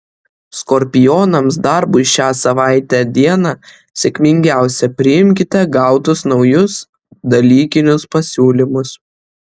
skorpionams darbui šią savaitę diena sėkmingiausia priimkite gautus naujus dalykinius pasiūlymus